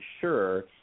sure